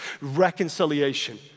reconciliation